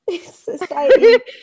society